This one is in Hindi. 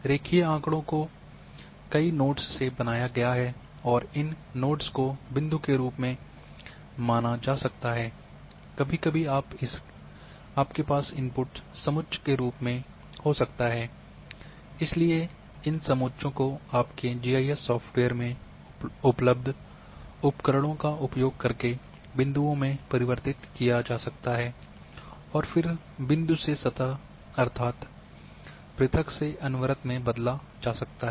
लाइन आँकड़ों को कई नोड्स से बनाया गया है और इन नोड्स को बिंदु के रूप में माना जा सकता है कभी कभी आप के पास इनपुट समुच्च के रूप में हो सकता है इसलिए इन समुच्च को आपके जीआईएस सॉफ्टवेयर में उपलब्ध उपकरणों का उपयोग करके बिंदुओं में परिवर्तित किया जा सकता है और फिर बिंदु से सतह अर्थात् पृथक से अनवरत में बदला जा सकता है